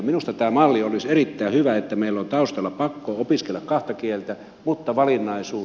minusta tämä malli olisi erittäin hyvä että meillä on taustalla pakko opiskella kahta kieltä mutta valinnaisuus